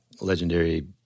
legendary